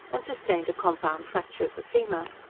and sustained a compound fracture of the femur.